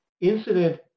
incident